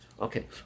Okay